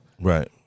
Right